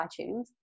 iTunes